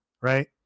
Right